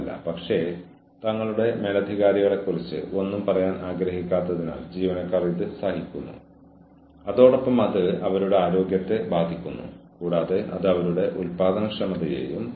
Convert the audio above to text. കൂടാതെ ആ സാഹചര്യത്തിൽ നിങ്ങൾ എപ്പോൾ ഇടപെടുമെന്ന് ജീവനക്കാരന് അറിയേണ്ടതുണ്ട് നിങ്ങൾ എങ്ങനെ ഇടപെടും പ്രതീക്ഷകൾ നിറവേറ്റപ്പെടാത്തതിന്റെ അനന്തരഫലങ്ങൾ എന്തൊക്കെയാണ്